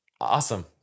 Awesome